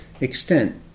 extent